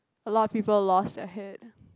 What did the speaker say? a lot of people lost their head